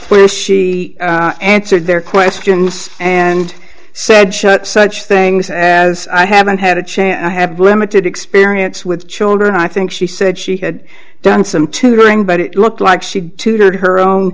e answered their questions and said shut such things as i haven't had a chance i have limited experience with children i think she said she had done some tutoring but it looked like she tutored her